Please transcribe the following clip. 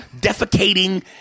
defecating